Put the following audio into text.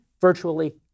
virtually